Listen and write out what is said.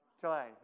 July